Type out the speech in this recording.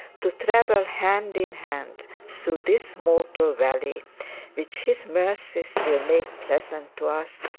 to travel hand in hand through this mortal valley which his mercies will make pleasant to us,